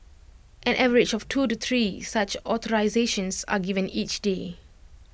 an average of two to three such authorisations are given each day